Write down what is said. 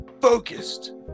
focused